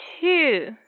two